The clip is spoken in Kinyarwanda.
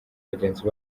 bagenzi